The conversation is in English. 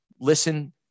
listen